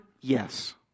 yes